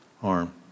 harm